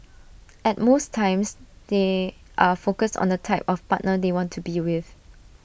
and most times they are focused on the type of partner they want to be with